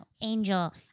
angel